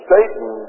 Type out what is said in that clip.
Satan